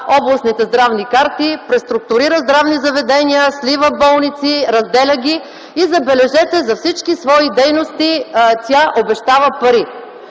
областните здравни карти, преструктурира здравни заведения, слива болници, разделя ги и, забележете, за всички свои дейности тя обещава пари.